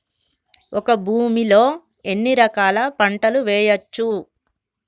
ఒక భూమి లో ఎన్ని రకాల పంటలు వేయచ్చు?